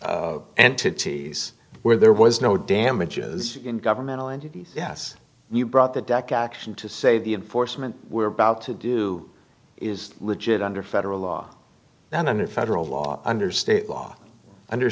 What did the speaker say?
tease where there was no damages you can governmental entities yes you brought the decoction to say the enforcement we're about to do is legit under federal law that under federal law under state law under